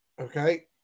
Okay